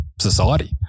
society